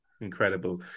Incredible